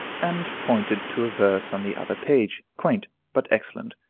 and pointed to a verse on the other page, quaint, but excellent.